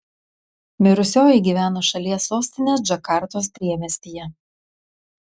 mirusioji gyveno šalies sostinės džakartos priemiestyje